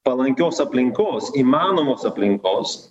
palankios aplinkos įmanomos aplinkos